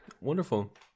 Wonderful